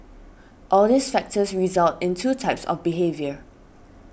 all these factors result in two types of behaviour